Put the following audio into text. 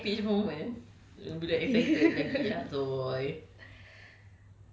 aku macam ada high pitch moment uh bila excited macam ni so ya